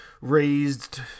raised